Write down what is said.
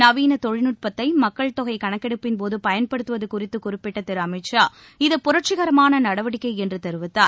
நவீன தொழில்நுட்பத்தை மக்கள்தொகை கணக்கெடுப்பின்போது பயன்படுத்துவது குறித்து குறிப்பிட்ட திரு அமித்ஷா இது புரட்சிகரமான நடவடிக்கை என்று தெரிவித்தார்